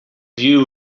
view